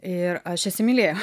ir aš įsimylėjau